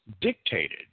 dictated